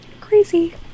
Crazy